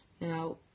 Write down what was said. Now